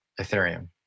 Ethereum